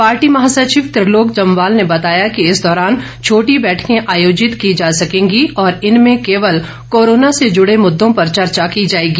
party महासचिव त्रिलोक जम्वाल ने बताया कि इस दौरान छोटी बैठके आयोजित की जा सकेंगी और इनमें केवल कोरोना से जुड़े मुद्दों पर चर्चा की जाएगी